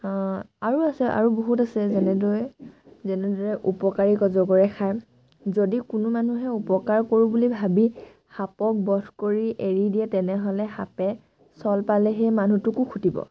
আৰু আছে আৰু বহুত আছে যেনেদৰে যেনেদৰে উপকাৰী অজগৰে খায় যদি কোনো মানুহে উপকাৰ কৰোঁ বুলি ভাবি সাপক বধ কৰি এৰি দিয়ে তেনেহ'লে সাপে চল পালে সেই মানুহটোকো খুটিব